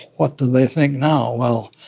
what do they think now? well,